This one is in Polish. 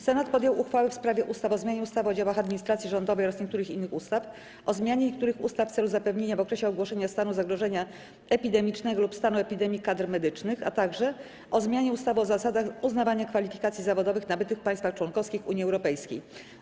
Senat podjął uchwały w sprawie ustaw: - o zmianie ustawy o działach administracji rządowej oraz niektórych innych ustaw, - o zmianie niektórych ustaw w celu zapewnienia w okresie ogłoszenia stanu zagrożenia epidemicznego lub stanu epidemii kadr medycznych, - o zmianie ustawy o zasadach uznawania kwalifikacji zawodowych nabytych w państwach członkowskich Unii Europejskiej.